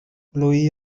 louis